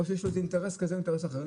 או שיש לו איזה אינטרס כזה או אינטרס אחר,